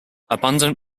abundant